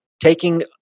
taking